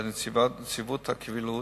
לנציבות הקבילות,